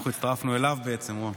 אנחנו הצטרפנו אליו בעצם, רון.